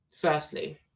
firstly